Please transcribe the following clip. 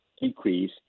decrease